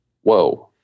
whoa